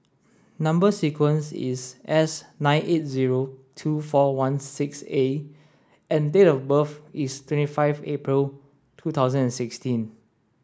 number sequence is S nine eight zero two four one six A and date of birth is twenty five April two thousand and sixteen